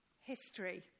history